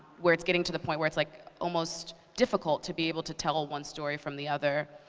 where it's getting to the point where it's like almost difficult to be able to tell one story from the other.